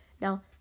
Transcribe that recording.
Now